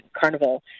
Carnival